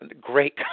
great